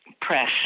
press